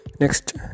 next